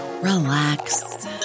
relax